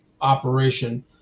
operation